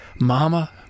Mama